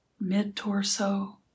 mid-torso